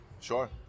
Sure